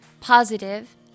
positive